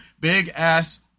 big-ass